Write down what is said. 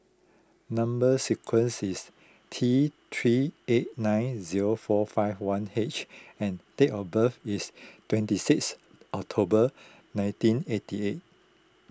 Number Sequence is T three eight nine zero four five one H and date of birth is twenty six October nineteen eighty eight